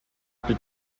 plus